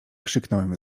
krzyknąłem